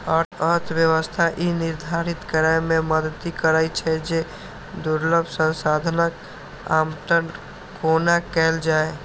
अर्थव्यवस्था ई निर्धारित करै मे मदति करै छै, जे दुर्लभ संसाधनक आवंटन कोना कैल जाए